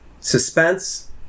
suspense